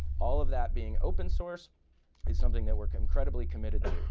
all of that being open source is something that we're incredibly committed